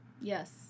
Yes